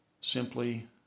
simply